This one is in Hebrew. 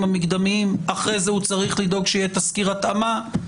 המקדמיים; אחרי זה הוא צריך לבדוק שיש תסקיר התאמה.